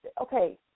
Okay